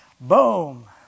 Boom